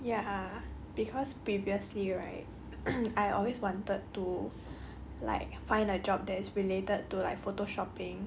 ya cause previously right I always wanted to like find a job that is related to like photoshopping